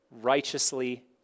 righteously